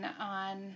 on